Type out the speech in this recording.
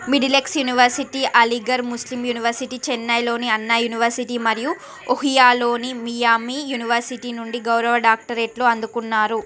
Middlesex university Aligarh Muslim university చెన్నైలోని Anna university మరియు ఒహియోలోని మియామి యూనివర్శిటీ నుండి గౌరవ డాక్టరేట్లు అందుకున్నారు